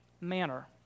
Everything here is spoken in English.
manner